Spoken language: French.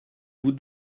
vous